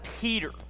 Peter